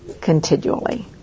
continually